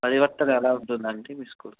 పరివర్తన ఎలా ఉంటుందండి మీ స్కూల్లో